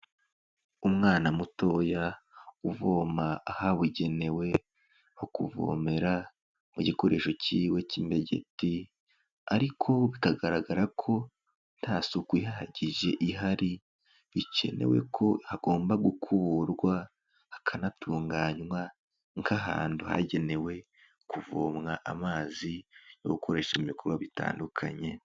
Umwana mutoya uvoma ahabugenewe ho kuvomera mu gikoresho kiwe cy'imbegeti ariko bikagaragara ko nta suku ihagije ihari bikenewe ko hagomba gukuburwa, hakanatunganywa nk'ahantu hagenewe kuvomwa amazi yo gukoresha ibikorwa bitandukanye.